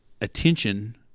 attention